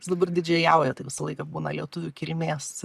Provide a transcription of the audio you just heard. jis dabar didžėjauja tai visą laiką būna lietuvių kilmės